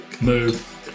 Move